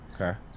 Okay